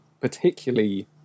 particularly